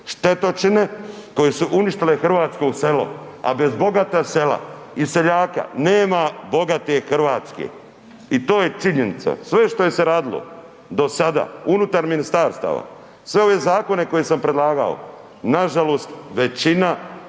štetočine koje su uništile hrvatsko selo, a bez bogata sela i seljaka nema bogate Hrvatske i to je činjenica. Sve što je se radilo do sada unutar ministarstava, sve ove zakone koje sam predlagao nažalost većina,